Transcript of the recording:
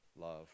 love